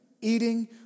eating